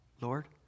lord